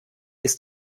ist